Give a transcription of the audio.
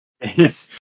Yes